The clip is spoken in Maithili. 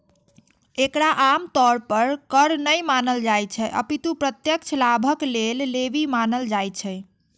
एकरा आम तौर पर कर नै मानल जाइ छै, अपितु प्रत्यक्ष लाभक लेल लेवी मानल जाइ छै